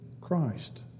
Christ